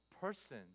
person